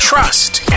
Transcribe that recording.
Trust